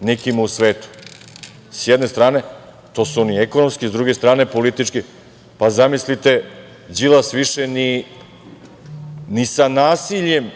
nekima u svetu. Sa jedne strane, to su oni ekonomski, sa druge strane politički. Zamislite, Đilas više ni sa nasiljem,